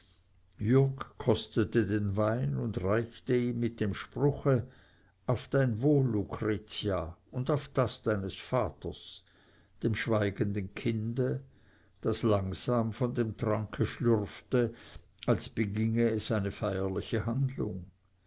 jürg kostete den wein und reichte ihn mit dem spruche auf dein wohl lucretia und auf das deines vaters dem schweigenden kinde das langsam von dem tranke schlürfte als beginge es eine feierliche handlung